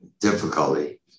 difficulty